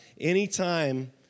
anytime